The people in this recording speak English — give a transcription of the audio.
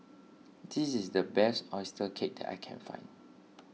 this is the best Oyster Cake that I can find